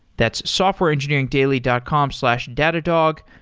that's softwareengineeringdaily dot com slash datadog.